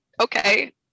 okay